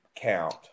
count